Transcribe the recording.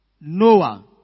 Noah